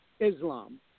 Islam